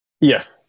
Yes